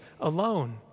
alone